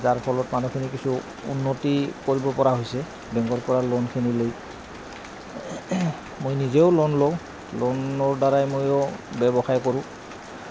যাৰ ফলত মানুহখিনি কিছু উন্নতি কৰিব পৰা হৈছে বেংকৰ পৰা লোনখিনিলৈ মই নিজেও লোন লওঁ লোনৰ দ্বাৰাই ময়ো ব্যৱসায় কৰোঁ